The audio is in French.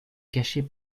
cacher